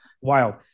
wild